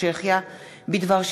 הצעת חוק חופשה שנתית (תיקון,